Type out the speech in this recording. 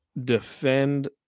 defend